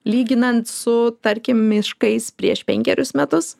lyginant su tarkim miškais prieš penkerius metus